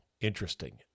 interesting